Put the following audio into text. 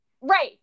Right